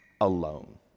alone